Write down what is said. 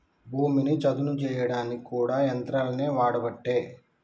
భూమిని చదును చేయడానికి కూడా యంత్రాలనే వాడబట్టే